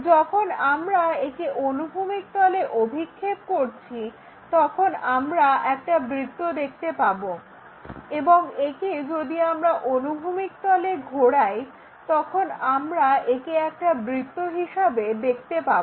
যখন আমরা একে অনুভূমিক তলে অভিক্ষেপ করছি তখন আমরা একটা বৃত্ত দেখতে পাবো এবং একে যদি আমরা অনুভূমিক তলে ঘোরাই তখন আমরা একে একটা বৃত্ত হিসাবে দেখতে পাবো